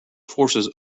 forces